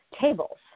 tables